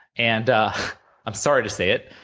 and i'm sorry to say it,